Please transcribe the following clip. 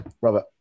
Robert